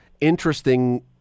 interesting